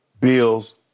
Bills